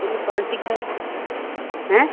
कई क्वाल्टी के है हऍं